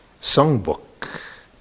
songbook